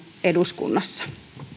eduskunnassa